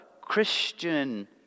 Christian